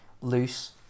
loose